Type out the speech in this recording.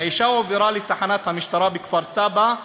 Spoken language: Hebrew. האישה הועברה לתחנת המשטרה בכפר-סבא,